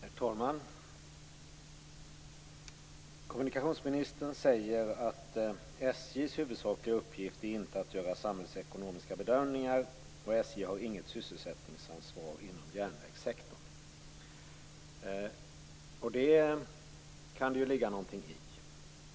Herr talman! Kommunikationsministern säger att SJ:s huvudsakliga uppgift inte är att göra samhällsekonomiska bedömningar och att SJ inte har något sysselsättningsansvar inom järnvägssektorn. Det kan ligga något i det.